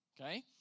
Okay